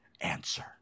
answer